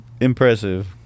Impressive